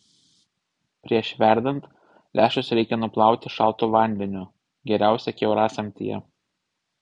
prieš verdant lęšius reikia nuplauti šaltu vandeniu geriausia kiaurasamtyje